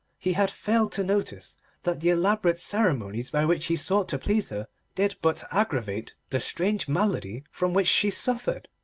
he had failed to notice that the elaborate ceremonies by which he sought to please her did but aggravate the strange malady from which she suffered.